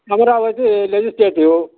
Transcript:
Amaravati legislative